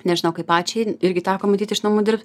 nežinau kaip pačiai irgi teko matyt iš namų dirb